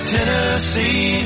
Tennessee